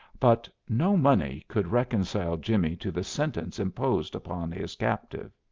but no money could reconcile jimmie to the sentence imposed upon his captive.